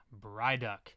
Bryduck